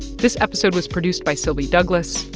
this episode was produced by sylvie douglis,